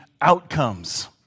outcomes